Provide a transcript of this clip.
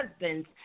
husbands